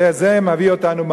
זה מביא אותנו,